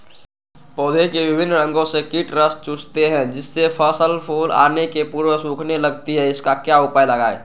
पौधे के विभिन्न अंगों से कीट रस चूसते हैं जिससे फसल फूल आने के पूर्व सूखने लगती है इसका क्या उपाय लगाएं?